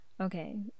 okay